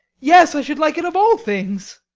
yes, i should like it of all things.